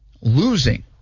losing